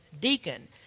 deacon